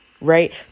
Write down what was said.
right